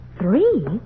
Three